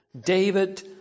David